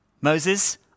Moses